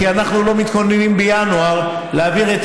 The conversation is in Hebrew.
כי אנחנו לא מתכוננים בינואר להעביר את